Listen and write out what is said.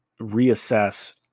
reassess